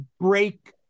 break